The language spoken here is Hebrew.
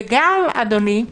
וגם אדוני,